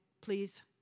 please